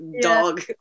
dog